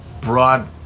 broad